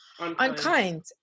unkind